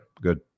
Good